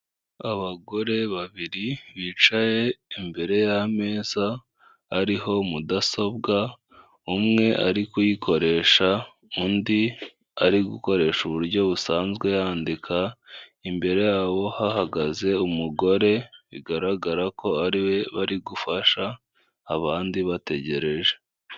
Abagore babiri bicaye imbere y'ameza ariho mudasobwa, umwe ari kuyikoresha, undi ari gukoresha uburyo busanzwe yandika, imbere yabo hahagaze umugore bigaragara ko ariwe bari gufasha, abandi bategereje.